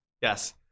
yes